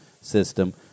system